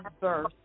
verse